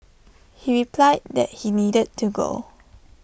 he replied that he needed to go